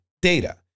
data